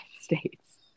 States